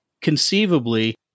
conceivably